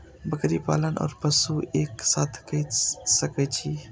बकरी पालन ओर पशु एक साथ कई सके छी?